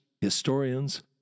historians